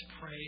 pray